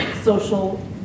social